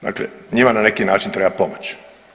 Dakle, njima na neki način treba pomoći.